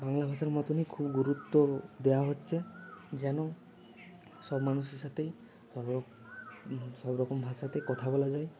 বাংলা ভাষার মতনই খুব গুরুত্ব দেওয়া হচ্ছে যেন সব মানুষের সাথেই সব রকম সব রকম ভাষাতে কথা বলা যায়